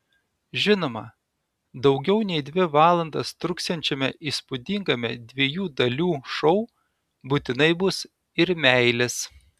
žinoma daugiau nei dvi valandas truksiančiame įspūdingame dviejų dalių šou būtinai bus ir meilės